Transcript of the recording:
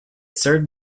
served